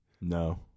No